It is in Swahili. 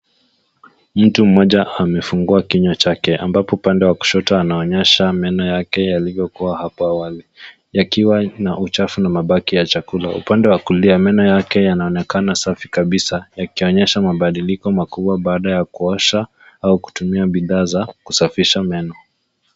Mtu mmoja amefungua kinywa chake ambapo upande wa kushoto anaonyesha meno yake yaliyokuwa hapo awali yakiwa na uchafu na mabaki ya chakula. Upande wa kulia meno yake yanaonekana safi kabisa yakionyesha mabadiliko makubwa baada ya kuosha au kutumia bidhaa za kusafisha meno.